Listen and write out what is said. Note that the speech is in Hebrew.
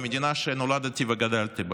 המדינה שנולדתי וגדלתי בה.